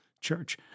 church